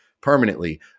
permanently